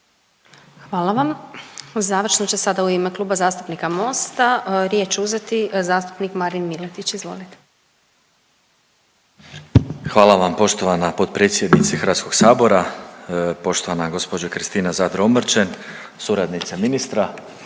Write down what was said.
Hvala vam. Završno će sada u ime Kluba zastupnika Mosta riječ uzeti zastupnik Marin Miletić. Izvolite. **Miletić, Marin (MOST)** Hvala vam poštovana potpredsjednice HS-a, poštovana gđo Kristina Zadro Omrčen, suradnice ministra,